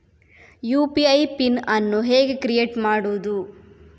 UPI PIN ಅನ್ನು ಹೇಗೆ create ಮಾಡುದು?